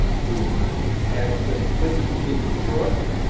to ask them please to keep it short,